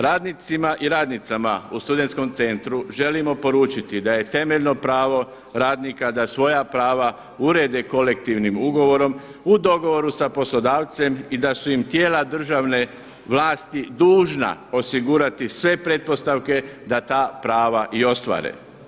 Radnicima i radnicama u Studentskom centru želimo poručiti da je temeljno pravo radnika da svoja prava urede kolektivnim ugovorom u dogovoru sa poslodavcem i da su im tijela državne vlasti dužna osigurati sve pretpostavke da ta prava i ostvare.